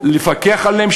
לפקח עליהם,